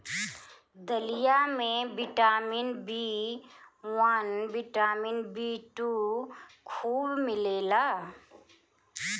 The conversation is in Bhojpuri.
दलिया में vitamin B one, vitamin B two खूब मिलेला